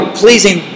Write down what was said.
pleasing